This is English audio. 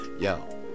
yo